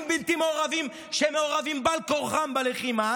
בלתי מעורבים שמעורבים בעל כורחם בלחימה,